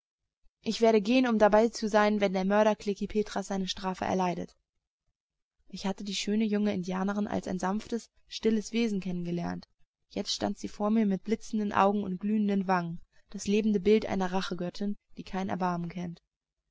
ich werde gehen um dabei zu sein wenn der mörder klekih petras seine strafe erleidet ich hatte die schöne junge indianerin als ein sanftes stilles wesen kennen gelernt jetzt stand sie vor mir mit blitzenden augen und glühenden wangen das lebende bild einer rachegöttin die kein erbarmen kennt